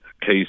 case